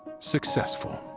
successful.